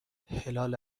هلال